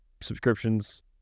subscriptions